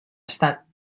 estat